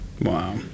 Wow